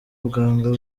abaganga